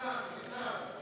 ניסן,